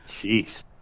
Jeez